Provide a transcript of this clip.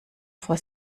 vor